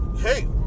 hey